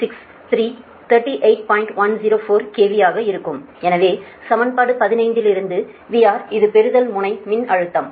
104 KV ஆக இருக்கும் எனவே சமன்பாடு 15 லிருந்து VR இது பெறுதல் முனை மின்னழுத்தம்